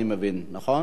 בבקשה.